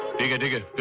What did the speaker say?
begun to